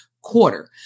quarter